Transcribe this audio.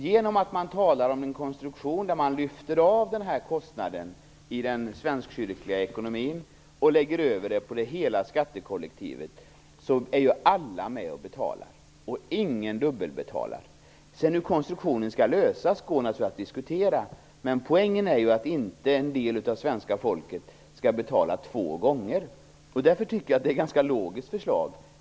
Genom en konstruktion där man lyfter av den här kostnaden i den svenska kyrkliga ekonomin och lägger över den på hela skattekollektivet så är alla med och betalar. Hur konstruktionen sedan skall lösas går naturligtvis att diskutera, men poängen är att inte en del av svenska folket skall betala två gånger. Därför tycker jag att det är ett ganska logiskt förslag.